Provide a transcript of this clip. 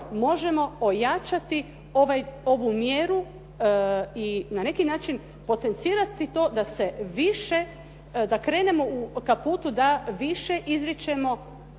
možemo ojačati ovu mjeru i na neki način potencirati to da se više, da krenemo ka putu da više izričemo